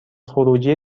خروجی